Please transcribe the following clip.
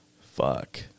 Fuck